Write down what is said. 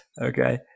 Okay